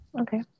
Okay